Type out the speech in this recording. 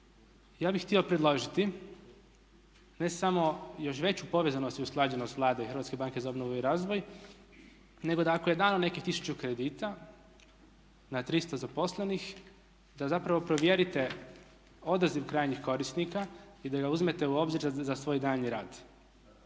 Ja bih htio predložiti, ne samo još veću povezanost i usklađenost Vlade i HBOR-a. Nego da ako je dano nekih tisuću kredita na 300 zaposlenih da zapravo provjerite odaziv krajnjih korisnika i da ga uzmete u obzir za svoj daljnji rad.